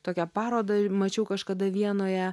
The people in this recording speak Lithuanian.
tokią parodą mačiau kažkada vienoje